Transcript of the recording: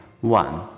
one